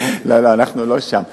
לא, לא, אנחנו לא שם.